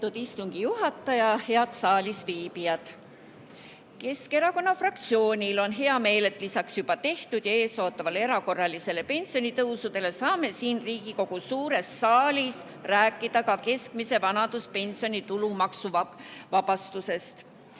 istungi juhataja! Head saalis viibijad! Keskerakonna fraktsioonil on hea meel, et lisaks juba tehtud ja ees ootavatele erakorralistele pensionitõusudele saame siin Riigikogu suures saalis rääkida ka keskmise vanaduspensioni tulumaksuvabastusest. Iga-aastane